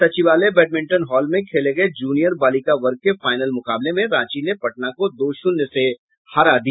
सचिवालय badminton hall में खेले गये जूनियर बालिका वर्ग के फाइनल मुकाबले में रांची ने पटना को दो शून्य से हरा दिया